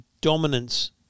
dominance